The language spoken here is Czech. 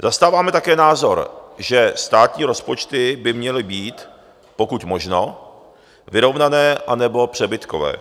Zastáváme také názor, že státní rozpočty by měly být pokud možno vyrovnané anebo přebytkové.